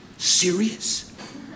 Serious